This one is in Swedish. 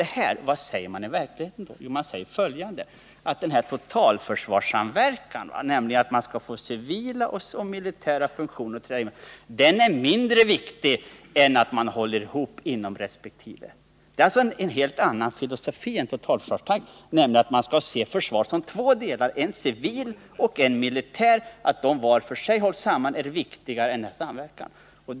Men vad säger man nu i verkligheten i och med detta — jo, att totalförsvarssamverkan mellan civila och militära funktioner är mindre viktig än att man håller ihop inom resp. enhet. Det är alltså fråga om en helt annan filosofi än totalförsvarstanken. Man skall tydligen i stället se totalförsvaret som två delar — en civil och en militär. Att dessa hålls samman var för sig är viktigare än samverkan.